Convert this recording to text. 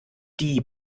die